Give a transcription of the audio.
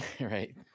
Right